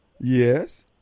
Yes